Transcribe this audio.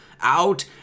out